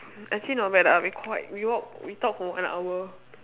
actually not bad ah we quite we walked we talked for an hour